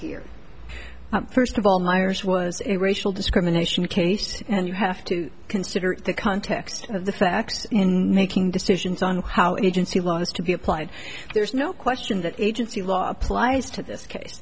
here first of all miers was racial discrimination case and you have to consider the context of the facts in making decisions on how agency law has to be applied there's no question that agency law applies to this case